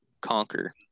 conquer